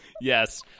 Yes